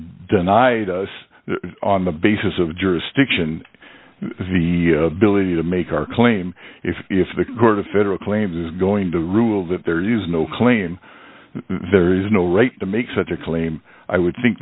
denied us on the basis of jurisdiction the ability to make our claim if if the court of federal claims is going to rule that there is no claim there is no right to make such a claim i would think